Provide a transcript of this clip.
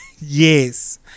Yes